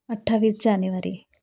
अठ्ठावीस जानेवारी